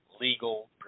legal